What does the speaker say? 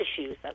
issues